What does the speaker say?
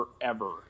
forever